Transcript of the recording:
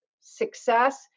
success